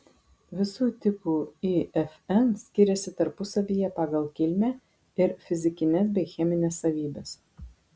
visų tipų ifn skiriasi tarpusavyje pagal kilmę ir fizikines bei chemines savybes